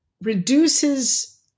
reduces